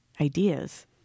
Ideas